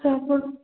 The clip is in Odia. ତ ଆପଣ